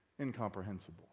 incomprehensible